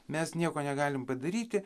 mes nieko negalim padaryti